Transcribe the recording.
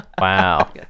Wow